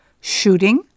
shooting